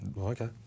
okay